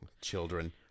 Children